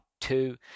two